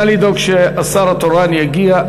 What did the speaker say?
נא לדאוג שהשר התורן יגיע,